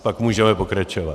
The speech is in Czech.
Pak můžeme pokračovat.